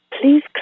Please